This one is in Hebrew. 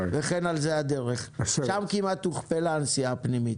שם כמעט הוכפלה הנסיעה הפנימית.